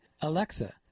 Alexa